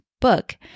book